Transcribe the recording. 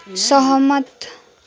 सहमत